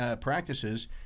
practices